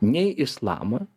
nei islamą